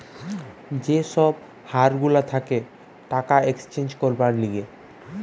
যে সব হার গুলা থাকে টাকা এক্সচেঞ্জ করবার লিগে